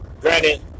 Granted